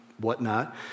whatnot